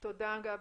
תודה, גבי.